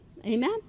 Amen